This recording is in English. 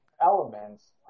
elements